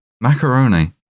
Macaroni